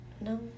No